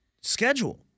schedule